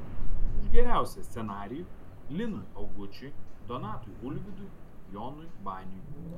už geriausią scenarijų linui augučiui donatui ulvydui jonui baniui